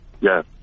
Yes